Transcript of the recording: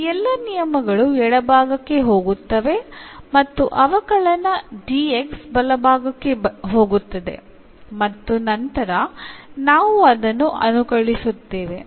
ಈ ಎಲ್ಲಾ ನಿಯಮಗಳು ಎಡಭಾಗಕ್ಕೆ ಹೋಗುತ್ತವೆ ಮತ್ತು ಅವಕಲನ ಬಲಭಾಗಕ್ಕೆ ಹೋಗುತ್ತದೆ ಮತ್ತು ನಂತರ ನಾವು ಅದನ್ನು ಅನುಕಲಿಸುತ್ತೇವೆ